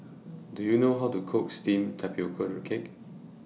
Do YOU know How to Cook Steamed Tapioca Cake